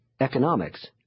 economics